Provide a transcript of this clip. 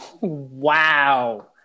wow